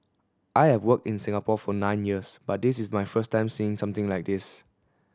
I have worked in Singapore for nine years but this is my first time seeing something like this